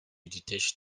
detached